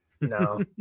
No